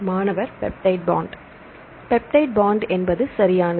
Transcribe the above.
மாணவர்பெப்டைட் bond peptide bond என்பது சரியானது